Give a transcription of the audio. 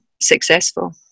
successful